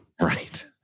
Right